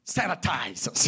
Sanitize